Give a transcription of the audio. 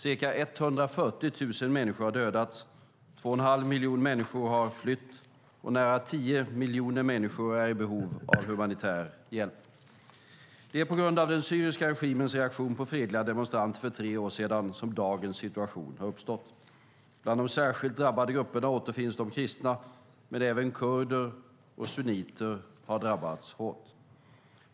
Ca 140 000 människor har dödats, två och en halv miljon har flytt och nära tio miljoner människor är i behov av humanitär hjälp. Det är på grund av den syriska regimens reaktion på fredliga demonstranter för tre år sedan som dagens situation har uppstått. Bland de särskilt drabbade grupperna återfinns de kristna, men även kurder och sunniter har drabbats hårt.